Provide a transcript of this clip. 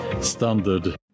standard